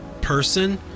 person